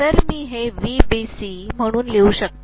तर मी हे VBC म्हणून लिहू शकते